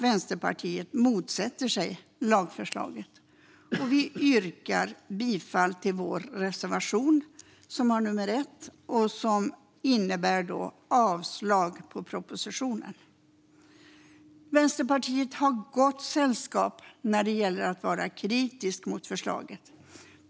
Vänsterpartiet motsätter sig lagförslaget, och jag yrkar bifall till vår reservation som har nummer 1 och som innebär avslag på propositionen. Vänsterpartiet är i gott sällskap när det gäller att kritisera förslaget.